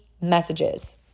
messages